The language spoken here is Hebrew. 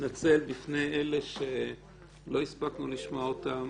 נתנצל בפני אלה שלא הספקנו לשמוע אותם,